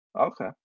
Okay